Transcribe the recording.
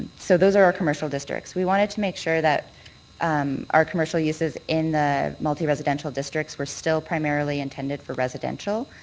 so those are our commercial districts. we wanted to make sure that um our commercial uses in the multi-residential districts were still primarily intended for residential.